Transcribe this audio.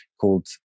called